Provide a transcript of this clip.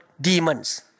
demons